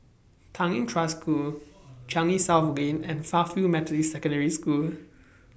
Tanglin Trust School Changi South Lane and Fairfield Methodist Secondary School